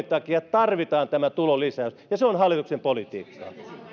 takia tarvitaan tämä tulonlisäys ja se on hallituksen politiikkaa